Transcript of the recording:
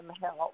help